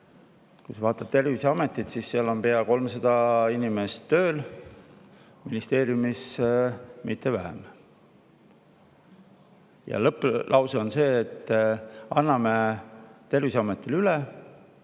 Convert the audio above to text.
Kui vaatad Terviseametit, siis seal on pea 300 inimest tööl, ministeeriumis mitte vähem. Lõpplause on see, et anname Terviseametile üle